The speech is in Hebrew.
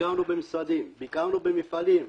ביקרנו במשרדים, ביקרנו במפעלים.